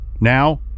Now